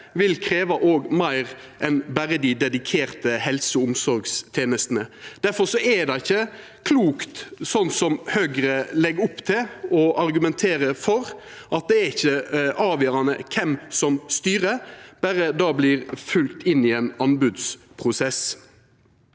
vil krevja meir enn berre dei dedikerte helse- og omsorgstenestene. Difor er det ikkje klokt, slik Høgre legg opp til og argumenterer for, at det ikkje er avgjerande kven som styrer, berre det vert følgt inn i ein anbodsprosess.